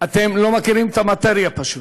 אתם לא מכירים את המאטריה, פשוט.